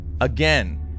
Again